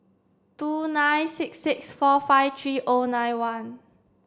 two nine six six four five three O nine one